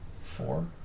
four